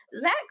Zach